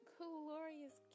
glorious